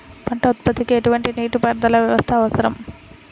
పంట ఉత్పత్తికి ఎటువంటి నీటిపారుదల వ్యవస్థ అవసరం?